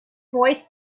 voice